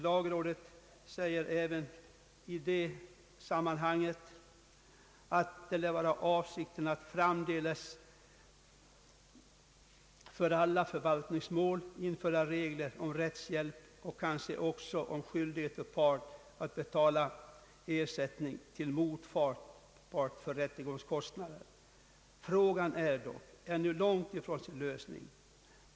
Lagrådet säger i det här sammanhanget: »Det lär vara avsikten att framdeles för alla förvaltningsmål införa regler om rättshjälp och kanske också om skyldighet för part att betala ersättning till motpart för rättegångskostnad. Frågan är dock ännu långt från sin lösning.